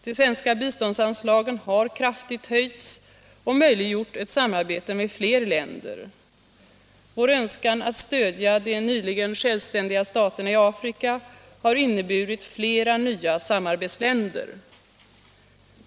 De svenska biståndsanslagen har kraftigt höjts och möjliggjort ett samarbete med fler länder. Vår önskan att stödja de nyligen självständiga staterna i Afrika har inneburit flera nya samarbetsländer.